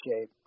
shape